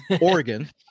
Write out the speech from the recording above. Oregon